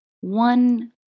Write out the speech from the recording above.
one